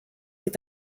est